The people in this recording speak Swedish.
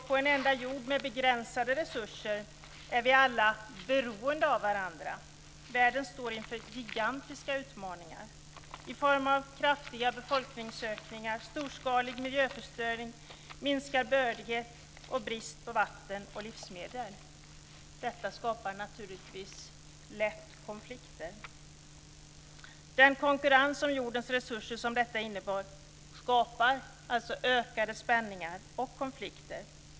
På en jord med begränsade resurser är vi alla beroende av varandra. Världen står inför gigantiska utmaningar i form av kraftiga befolkningsökningar, storskalig miljöförstöring, minskad bördighet samt brist på vatten och livsmedel. Detta skapar naturligtvis lätt konflikter. Den konkurrens om jordens resurser som detta innebär skapar alltså ökade spänningar och konflikter.